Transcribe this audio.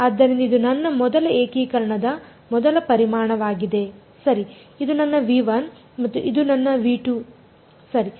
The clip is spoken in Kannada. ಆದ್ದರಿಂದ ಇದು ನನ್ನ ಮೊದಲ ಏಕೀಕರಣದ ಮೊದಲ ಪರಿಮಾಣವಾಗಿದೆ ಸರಿ ಇದು ನನ್ನ V1 ಮತ್ತು ಇದು ನನ್ನ V2 ಸರಿ